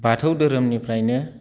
बाथौ धोरोमनिफ्रायनो